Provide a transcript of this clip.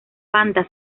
banda